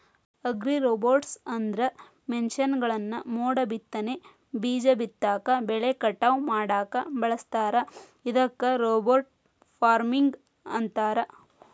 ಅಗ್ರಿರೋಬೊಟ್ಸ್ಅಂದ್ರ ಮಷೇನ್ಗಳನ್ನ ಮೋಡಬಿತ್ತನೆ, ಬೇಜ ಬಿತ್ತಾಕ, ಬೆಳಿ ಕಟಾವ್ ಮಾಡಾಕ ಬಳಸ್ತಾರ ಇದಕ್ಕ ರೋಬೋಟ್ ಫಾರ್ಮಿಂಗ್ ಅಂತಾರ